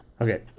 Okay